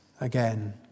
again